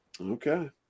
Okay